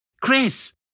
Chris